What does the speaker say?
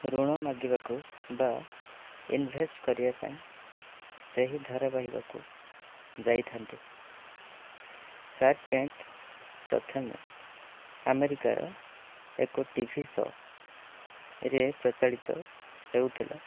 ଋଣ ମାଗିବାକୁ ବା ଇନଭେଷ୍ଟ୍ କରିବା ପାଇଁ ସେହି ଧାରାବାହିକକୁ ଯାଇଥାନ୍ତି ଶାର୍କ୍ଟ୍ୟାଙ୍କ୍ ପ୍ରଥମେ ଆମେରିକାର ଏକ ଟିଭି ଶୋରେ ପ୍ରଚଳିତ ହେଉଥିଲା